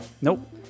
Nope